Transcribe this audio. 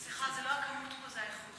סליחה, זה לא הכמות פה, זו האיכות.